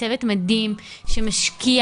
צוות מדהים שמשקיע,